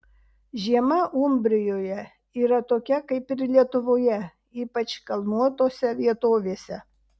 žiema umbrijoje yra tokia kaip ir lietuvoje ypač kalnuotose vietovėse